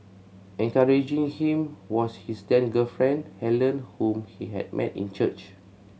encouraging him was his then girlfriend Helen whom he had met in church